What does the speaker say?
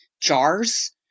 jars